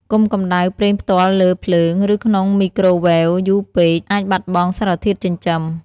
កុំកម្តៅប្រេងផ្ទាល់លើភ្លើង ឬក្នុងមីក្រូវ៉េវយូរពេក អាចបាត់បង់សារធាតុចិញ្ចឹម។